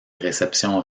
réceptions